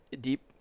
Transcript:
deep